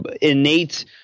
innate